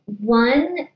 one